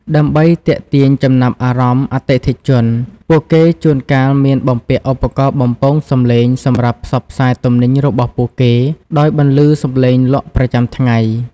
ដើម្បីទាក់ទាញចំណាប់អារម្មណ៍អតិថិជន ពួកគេជួនកាលមានបំពាក់ឧបករណ៍បំពងសំឡេងសម្រាប់ផ្សព្វផ្សាយទំនិញរបស់ពួកគេ ដោយបន្លឺសំឡេងលក់ប្រចាំថ្ងៃ។